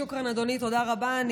שוכרן, אדוני, תודה רבה.